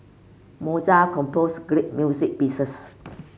Mozart composed great music pieces